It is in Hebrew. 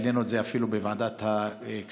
העלינו את זה אפילו בוועדת הכספים.